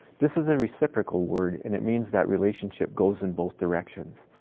this is a reciprocal word, and it means that relationship goes in both directions.